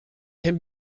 can